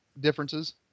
differences